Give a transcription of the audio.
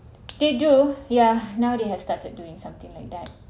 they do yeah now they have started doing something like that